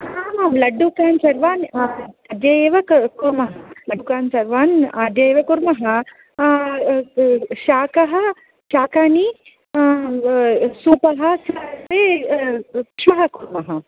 आमां लड्डुकान् सर्वान् अद्य एव कुर्म लड्डुकान् सर्वान् अद्य एव कुर्मः शाकः शाकानि सूपः सर्वं श्वः कुर्मः